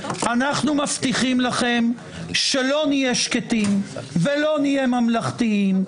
אנחנו מבטיחים לכם שלא נהיה שקטים ולא נהיה ממלכתיים,